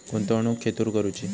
गुंतवणुक खेतुर करूची?